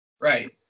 Right